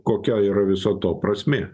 kokia yra viso to prasmė